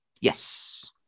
Yes